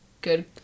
good